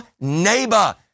neighbor